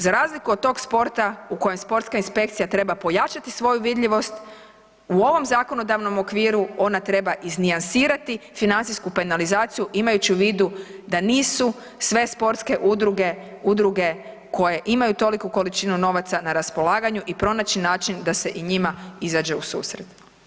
Za razliku od tog sporta u kojem sportska inspekcija treba pojačati svoju vidljivost u ovom zakonodavnom okviru ona treba iznijansirati financijsku penalizaciju imajući u vidu da nisu sve sportske udruge, udruge koje imaju toliku količinu novaca na raspolaganju i pronaći način da se i njima izađe u susret.